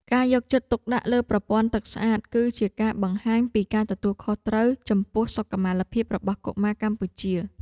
ការយកចិត្តទុកដាក់លើប្រព័ន្ធទឹកស្អាត គឺជាការបង្ហាញពីការទទួលខុសត្រូវខ្ពស់ចំពោះសុខុមាលភាពរបស់កុមារកម្ពុជា។